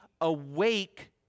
awake